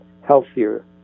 healthier